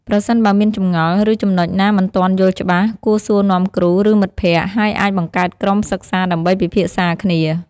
ប្រសិនបើមានចម្ងល់ ឬចំណុចណាមិនទាន់យល់ច្បាស់ គួរសួរនាំគ្រូ ឬមិត្តភក្តិ ហើយអាចបង្កើតក្រុមសិក្សាដើម្បីពិភាក្សាគ្នា។